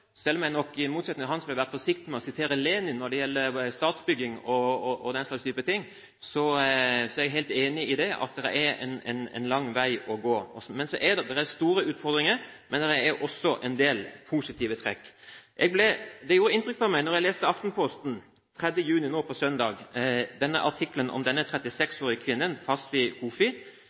Selv om jeg nok, i motsetning til han, ville være forsiktig med å sitere Lenin når det gjelder statsbygging og den slags ting, er jeg helt enig i at det er en lang vei å gå. Det er store utfordringer, men også en del positive trekk. Det gjorde inntrykk på meg da jeg leste artikkelen i Aftenposten 3. juni, nå søndag, om denne 36-årige kvinnen, Fawzia Koofi, som i dag er medlem av parlamentet i